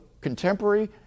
contemporary